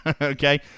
okay